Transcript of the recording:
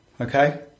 okay